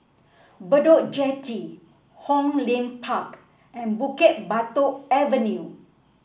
Bedok Jetty Hong Lim Park and Bukit Batok Avenue